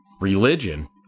Religion